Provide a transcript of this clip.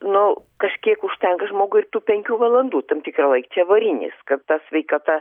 nu kažkiek užtenka žmogui ir tų penkių valandų tam tikrą laik čia avarinis kad ta sveikata